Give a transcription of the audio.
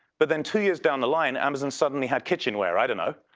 but then two years down the line amazon suddenly had kitchenware, i don't know,